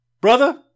brother